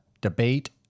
debate